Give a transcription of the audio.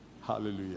hallelujah